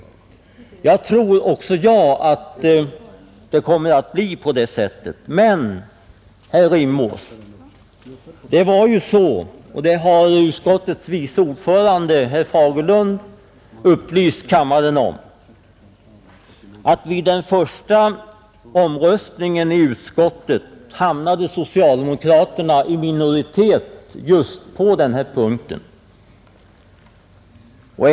Jag tror också att det kommer att bli på det sättet. Men, herr Rimås, det var ju så — det har utskottets vice ordförande herr Fagerlund upplyst kammaren om — att vid den första omröstningen i utskottet hamnade socialdemokraterna i minoritet just på den här punkten.